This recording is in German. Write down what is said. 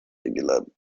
eingeladen